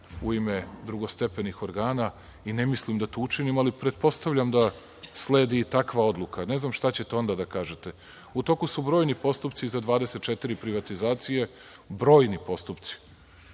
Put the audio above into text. u ime drugostepenih organa, i ne mislim da to učinim, ali pretpostavljam da sledi i takva odluka. Ne znam šta ćete onda da kažete. U toku su brojni postupci za 24 privatizacije, brojni postupci.